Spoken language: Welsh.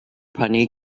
prynu